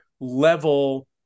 level